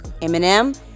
Eminem